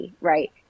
right